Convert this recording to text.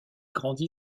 grandit